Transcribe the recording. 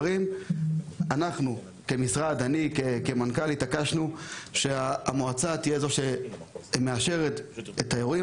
אני כמנכ"ל אומנם התעקשתי שהמועצה תהיה זו שמאשרת את האירועים